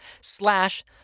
slash